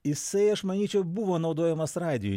jisai aš manyčiau buvo naudojamas radijui